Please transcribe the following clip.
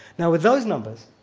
now with those numbers,